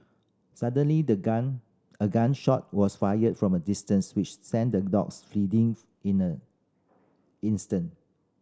suddenly the gun a gun shot was fired from a distance which sent the dogs fleeing in an instant